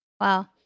Wow